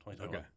Okay